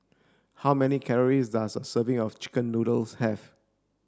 how many calories does a serving of chicken noodles have